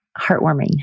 heartwarming